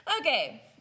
Okay